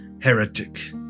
heretic